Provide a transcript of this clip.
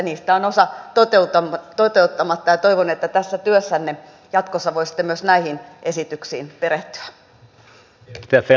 niistä on osa toteuttamatta ja toivon että tässä työssänne jatkossa voisitte myös näihin esityksiin perehtyä